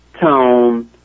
tone